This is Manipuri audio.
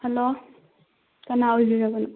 ꯍꯜꯂꯣ ꯀꯅꯥ ꯑꯣꯏꯕꯤꯔꯕꯅꯣ